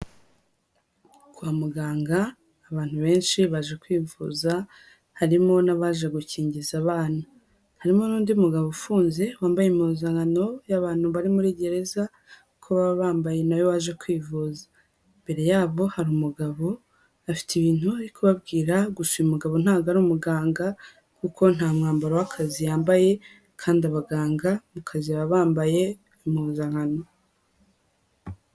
Kwa muganga abantu benshi baje kwivuza harimo n'abaje gukingiza abana, harimo n'undi mugabo ufunze wambaye impuzankano y'abantu bari muri gereza, uko baba bambaye nawe waje kwivuza, imbere yabo hari umugabo afite ibintu ari kubabwira, gusa uyu mugabo ntabwo ari umuganga kuko nta mwambaro w'akazi yambaye kandi abaganga mu kazi baba bambaye impuzankano.